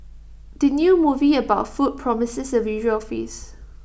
the new movie about food promises A visual feast